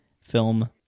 film